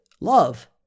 love